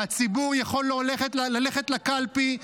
שהציבור יכול ללכת לקלפי,